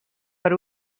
per